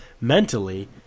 mentally